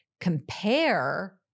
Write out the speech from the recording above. compare